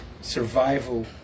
survival